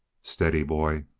steady, boy!